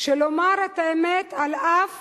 של לומר את האמת אף